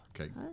Okay